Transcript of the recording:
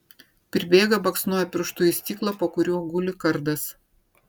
pribėga baksnoja pirštu į stiklą po kuriuo guli kardas